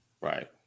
right